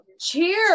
Cheers